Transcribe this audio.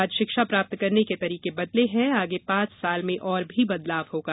आज शिक्षा प्राप्त करने के तरीके बदले हैं आगे पांच साल में और भी बदलाव होगा